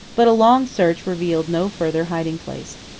but a long search revealed no further hiding-place.